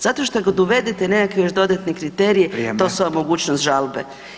Zato što kad ga uvedete nekakve još dodatne kriterije [[Upadica Radin: Vrijeme.]] to su vam mogućnost žalbe.